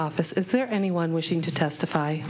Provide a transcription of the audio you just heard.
office is there anyone wishing to testify